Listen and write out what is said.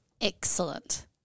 excellent